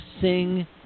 sing